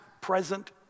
present